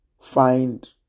find